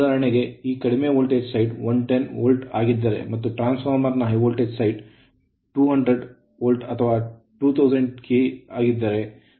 ಉದಾಹರಣೆಗೆ ಈ ಕಡಿಮೆ ವೋಲ್ಟೇಜ್ ಸೈಡ್ 110 ವೋಲ್ಟ್ ಆಗಿದ್ದರೆ ಮತ್ತು ಟ್ರಾನ್ಸ್ ಫಾರ್ಮರ್ ನ ಹೈ ವೋಲ್ಟೇಜ್ ಸೈಡ್ 2000 ವೋಲ್ಟ್ ಅಥವಾ 2 KV ಆಗಿದ್ದರೆ